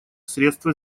средство